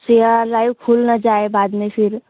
Siya live खुल न जाये बाद में फिर